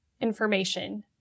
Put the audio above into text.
information